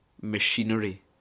Machinery